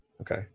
Okay